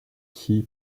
key